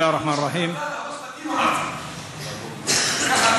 בסם אללה א-רחמאן א-רחים,